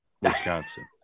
Wisconsin